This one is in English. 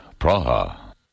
Praha